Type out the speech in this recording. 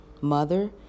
mother